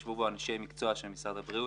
ישבו בו אנשי מקצוע של משרד הבריאות,